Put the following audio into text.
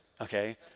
Okay